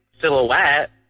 silhouette